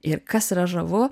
ir kas yra žavu